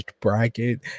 bracket